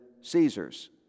Caesar's